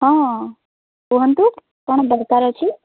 ହଁ କୁହନ୍ତୁ କ'ଣ ଦରକାର ଅଛି